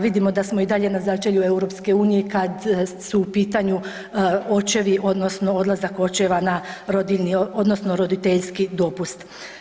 Vidimo da smo i dalje na začelju EU kad su u pitanju očevi odnosno odlazak očeva na rodiljni odnosno roditeljski dopust.